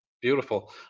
beautiful